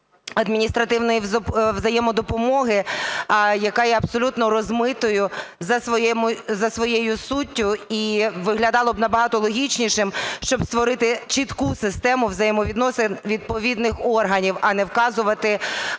адміністративної взаємодопомоги, яка є абсолютно розмитою за своєю суттю, і виглядало б набагато логічнішим, щоб створити чітку систему взаємовідносин відповідних органів, а не вказувати ось